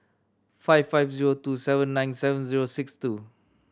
five five zero two seven nine seven zero six two